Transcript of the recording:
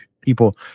people